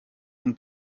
ein